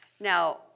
now